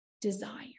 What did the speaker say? desire